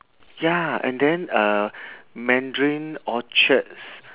ya and then uh mandarin orchard's